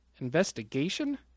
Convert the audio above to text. investigation